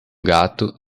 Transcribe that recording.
gato